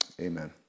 amen